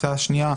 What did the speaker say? ההצעה השנייה,